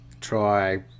Try